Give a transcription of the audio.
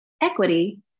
Equity